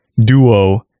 duo